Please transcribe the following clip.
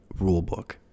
rulebook